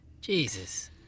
Jesus